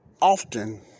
often